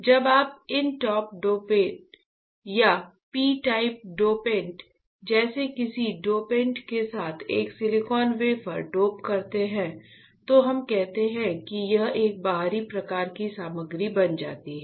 जब आप n type dopant या पी टाइप डोपेंट जैसे किसी डोपेंट के साथ एक सिलिकॉन वेफर डोप करते हैं तो हम कहते हैं कि यह एक बाहरी प्रकार की सामग्री बन जाती है